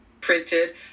printed